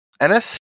Ennis